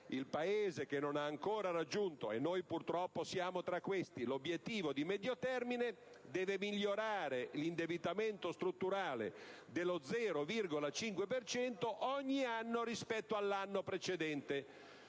Il Paese che non ha ancora raggiunto - e noi purtroppo siamo tra questi - l'obiettivo di medio termine deve migliorare l'indebitamento strutturale dello 0,5 per cento del PIL ogni anno rispetto all'anno precedente.